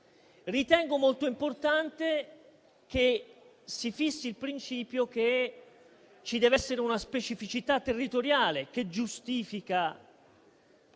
Ritengo molto importante che si fissi il principio che ci dev'essere una specificità territoriale che giustifica